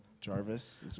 Jarvis